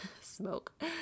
smoke